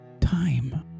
Time